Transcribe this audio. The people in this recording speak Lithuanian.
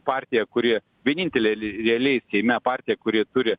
partija kuri vienintelė realiai seime partija kuri turi